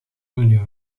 milieu